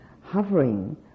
hovering